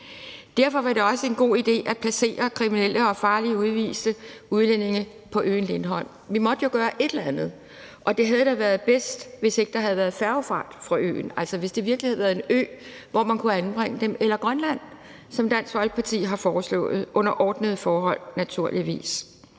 Derfor var det også en god idé at placere kriminelle og farlige udviste udlændinge på øen Lindholm. Vi måtte jo gøre et eller andet, og det havde da været bedst, hvis ikke der havde været færgefart fra øen, altså hvis det virkelig havde været en ø, hvor man kunne anbringe dem. Det kunne også være i Grønland, som Dansk Folkeparti har foreslået – under ordnede forhold, naturligvis